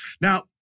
Now